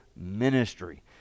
Ministry